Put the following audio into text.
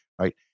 right